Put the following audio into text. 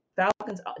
Falcons